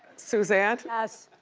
suzanne? yes?